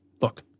Look